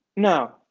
No